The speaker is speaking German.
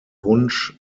wunsch